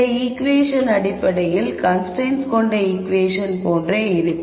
இந்த ஈகுவேஷன் அடிப்படையில் கன்ஸ்ரைன்ட்ஸ் கொண்ட ஈகுவேஷன் போன்றே இருக்கும்